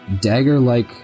dagger-like